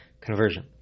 conversion